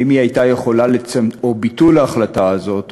או ביטול ההחלטה הזאת,